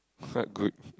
quite good